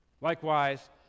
Likewise